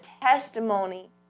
testimony